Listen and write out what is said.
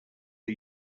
are